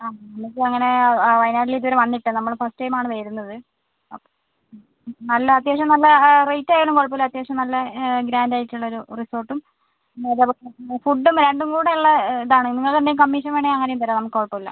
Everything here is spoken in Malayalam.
ആ നമുക്ക് അങ്ങനെ വായനാട്ടിൽ ഇതുവരെ വന്നിട്ടില്ല നമ്മൾ ഫസ്റ്റ് ടൈം ആണ് വരുന്നത് ഓക്കെ നല്ല അത്യാവശ്യം നല്ല റേറ്റ് ആയാലും കുഴപ്പം ഇല്ല അത്യാവശ്യം നല്ല ഗ്രാൻഡ് ആയിട്ടുള്ളൊരു റിസോർട്ടും പിന്നെ ഏതാണ് ഫുഡും രണ്ടും കൂടെ ഉള്ള ഇതാണ് നിങ്ങൾക്ക് എന്തെങ്കിലും കമ്മീഷൻ വേണമെങ്കിൽ അങ്ങനെയും തരാം നമുക്ക് കുഴപ്പമില്ല